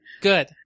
Good